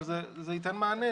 אבל זה ייתן מענה,